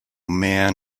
man